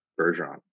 Bergeron